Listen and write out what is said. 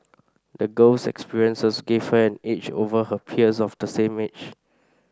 the girl's experiences gave her an edge over her peers of the same age